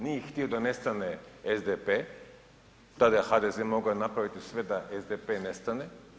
Nije htio da nestane SDP, tada HDZ mogao je napraviti sve da SDP nestane.